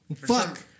Fuck